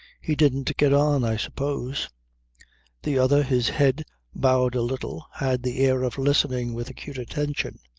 he didn't get on, i suppose the other, his head bowed a little, had the air of listening with acute attention.